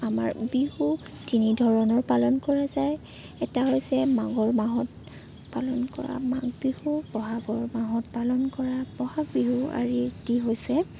আমাৰ বিহু তিনি ধৰণৰ পালন কৰা যায় এটা হৈছে মাঘৰ মাহত পালন কৰা মাঘ বি হু ব'হাগৰ মাহত পালন কৰা ব'হাগ বিহু আৰু আৰু ইটো হৈছে